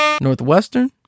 northwestern